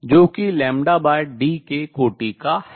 जो कि d के कोटि का है